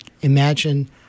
imagine